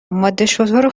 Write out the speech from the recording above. مادهشتر